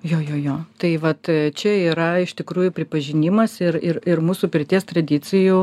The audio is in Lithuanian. jo jo jo tai vat čia yra iš tikrųjų pripažinimas ir ir ir mūsų pirties tradicijų